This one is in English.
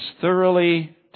thoroughly